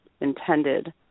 intended